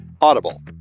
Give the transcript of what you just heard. audible